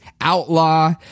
outlaw